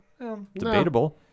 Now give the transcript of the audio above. Debatable